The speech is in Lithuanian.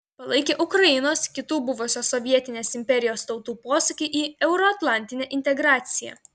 palaikė ukrainos kitų buvusios sovietinės imperijos tautų posūkį į euroatlantinę integraciją